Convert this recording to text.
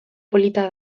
polita